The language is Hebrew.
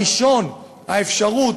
הראשון, האפשרות